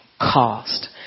cost